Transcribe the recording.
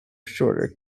shorter